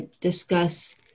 discuss